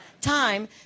time